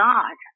God